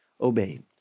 obeyed